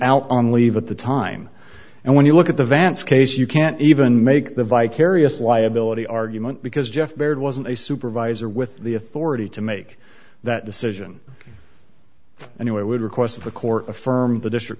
out on leave at the time and when you look at the vance case you can't even make the vicarious liability argument because jeff baird wasn't a supervisor with the authority to make that decision and it would request of the court affirmed the district